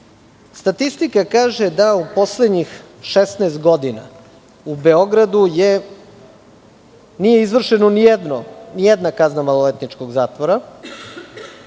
predviđen. Statistika kaže da u poslednjih 16 godina u Beogradu nije izvršena nijedna kazna maloletničkog zatvora,